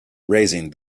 raising